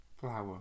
flower